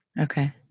Okay